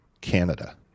Canada